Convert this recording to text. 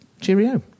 Cheerio